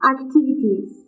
Activities